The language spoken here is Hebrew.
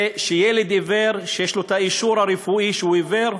ושילד עיוור שיש לו אישור רפואי שהוא עיוור,